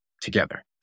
together